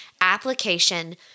application